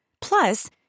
Plus